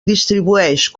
distribueix